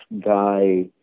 guy